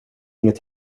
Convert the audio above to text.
inget